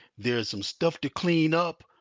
there's some stuff to clean up,